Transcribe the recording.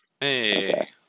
Hey